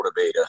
motivator